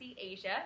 Asia